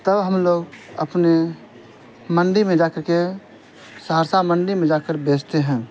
تو ہم لوگ اپنے منڈی میں جا کر کے سہرسہ منڈی میں جا کر بیچتے ہیں